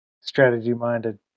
strategy-minded